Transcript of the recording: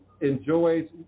enjoys